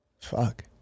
fuck